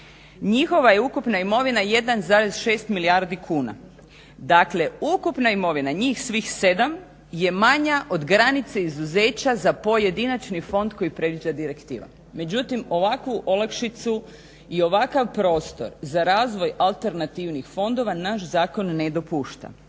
Njihova je ukupna imovina 1,6 milijardi kuna. Dakle, ukupna imovina njih svih 7 je manja od granice izuzeća za pojedinačni fond koji predviđa direktiva. Međutim, ovakvu olakšicu i ovakav prostor za razvoj alternativnih fondova naš zakon ne dopušta.